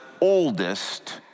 oldest